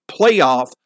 playoff